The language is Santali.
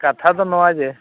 ᱠᱟᱛᱷᱟ ᱫᱚ ᱱᱚᱣᱟ ᱜᱮ